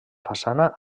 façana